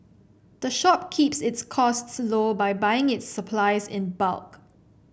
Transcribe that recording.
the shop keeps its costs low by buying its supplies in bulk